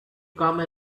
come